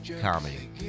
comedy